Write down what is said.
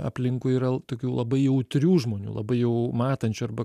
aplinkui yra tokių labai jautrių žmonių labai jau matančių arba